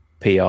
PR